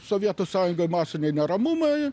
sovietų sąjungoj masiniai neramumai